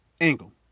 angle